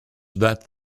that